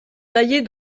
taillées